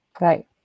right